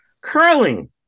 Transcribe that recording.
Curling